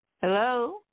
Hello